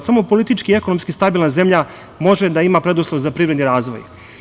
Samo politički i ekonomski stabilna zemlja može da ima preduslov za privredni razvoj.